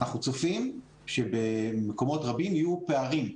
אנחנו צופים שבמקומות רבים יהיו פערים,